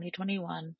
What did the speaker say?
2021